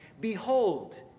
behold